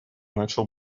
начал